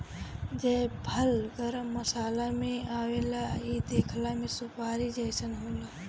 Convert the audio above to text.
जायफल गरम मसाला में आवेला इ देखला में सुपारी जइसन होला